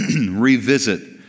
revisit